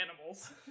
animals